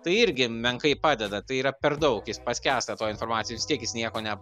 tai irgi menkai padeda tai yra per daug jis paskęsta toj informacijoj vis tiek jis nieko ne